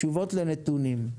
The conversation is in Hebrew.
תשובות לנתונים,